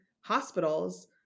hospitals